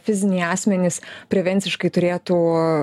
fiziniai asmenys prevenciškai turėtų